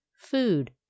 food